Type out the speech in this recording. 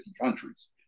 countries